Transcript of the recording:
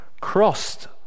crossed